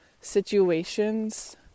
situations